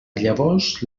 llavors